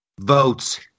Votes